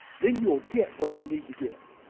then you will get what you need to get.